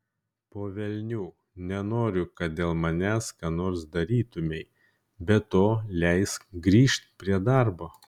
po velnių nenoriu kad dėl manęs ką nors darytumei be to leisk grįžt prie darbo